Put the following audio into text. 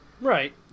Right